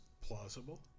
plausible